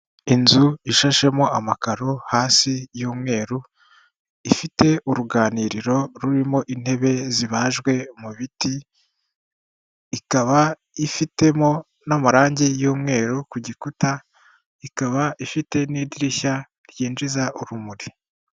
Inzu ishashemo amakaro hasi y'umweru, ifite uruganiriro rurimo intebe zibajwe mu biti, ikaba ifitemo n'amarange y'umweru ku gikuta, ikaba ifite n'idirishya ryinjiza urumuri.